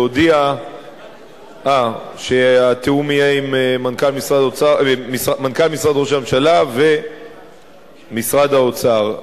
להודיע שהתיאום יהיה עם מנכ"ל משרד ראש הממשלה ומשרד האוצר.